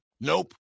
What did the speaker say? nope